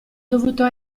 dovuto